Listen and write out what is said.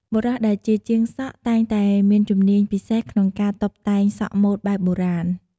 បុរសដែលជាជាងសក់ តែងតែមានជំនាញពិសេសក្នុងការតុបតែងសក់ម៉ូតបែបបុរាណ។